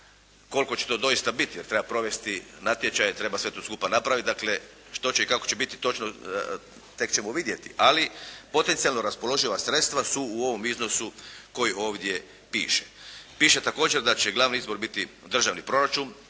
koliko će to doista biti jer treba provesti natječaje, treba sve to skupa napraviti, dakle, što će i kako će biti točno tek ćemo vidjeti, ali potencijalno raspoloživa sredstva su u ovom iznosu koji ovdje piše. Piše također da će glavni izvor biti državni proračun.